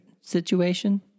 situation